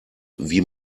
wie